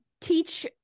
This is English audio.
teach